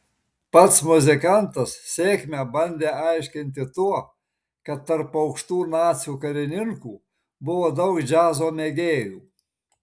pats muzikantas sėkmę bandė aiškinti tuo kad tarp aukštų nacių karininkų buvo daug džiazo mėgėjų